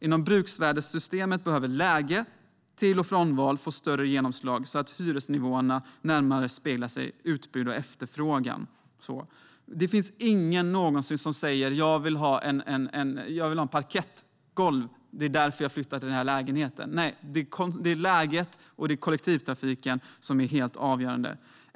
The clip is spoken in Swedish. Inom bruksvärdessystemet behöver läge och till och frånval få större genomslag så att hyresnivåerna närmare avspeglar utbud och efterfrågan. Det är ingen som flyttar för att de vill ha parkettgolv. Det är läget och kollektivtrafiken som är avgörande.